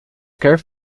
quer